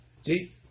See